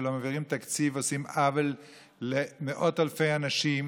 כשלא מעבירים תקציב עושים עוול למאות אלפי אנשים.